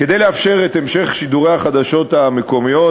כדי לאפשר את המשך שידורי החדשות המקומיות,